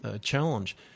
challenge